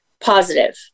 positive